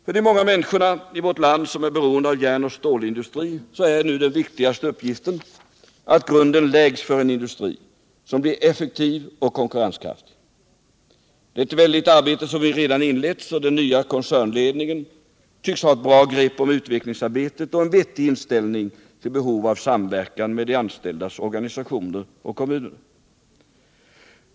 För de många människorna i vårt land som är beroende av järnoch stålindustrin är den viktigaste uppgiften nu att grunden läggs för en industri som blir effektiv och konkurrenskraftig. Det är ett väldigt arbete, som vi redan inlett. Den nya koncernledningen tycks ha ett bra grepp om utvecklingsarbetet och en vettig inställning till behovet av samverkan med de anställdas organisationer och kommunerna.